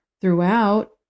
Throughout